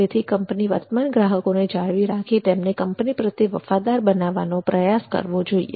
તેથી કંપની વર્તમાન ગ્રાહકોને જાળવી રાખી તેમને કંપની પ્રત્યે વફાદાર બનાવવાનો પ્રયાસ કરવો જોઈએ